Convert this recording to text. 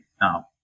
Now